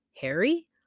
Harry